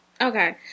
Okay